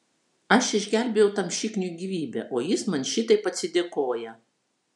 aš išgelbėjau tam šikniui gyvybę o jis man šitaip atsidėkoja